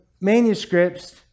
manuscripts